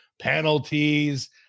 penalties